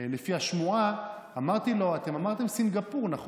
לפי השמועה, אמרתי לו: אתם אמרתם סינגפור, נכון?